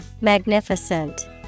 Magnificent